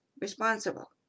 responsible